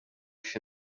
się